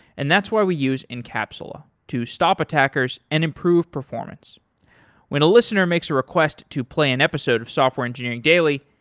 and that's why we use incapsula, to stop attackers and improve performance when a listener makes a request to play an episode of software engineering daily,